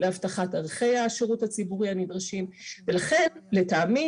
להבטחת ערכי השירות הציבורי הנדרשים ולכן לטעמי